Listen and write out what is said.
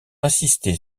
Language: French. insister